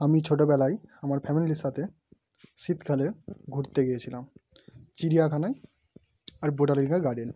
আমি ছোটবেলায় আমার ফ্যামিলির সাথে শীতকালে ঘুরতে গিয়েছিলাম চিড়িয়াখানায় আর বোটানিকাল গার্ডেন